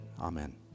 Amen